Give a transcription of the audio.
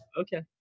Okay